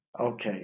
Okay